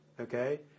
okay